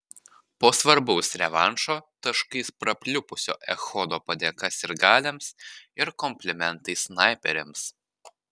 po svarbaus revanšo taškais prapliupusio echodo padėka sirgaliams ir komplimentai snaiperiams